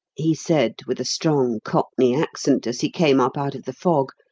he said with a strong cockney accent, as he came up out of the fog,